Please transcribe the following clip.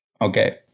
Okay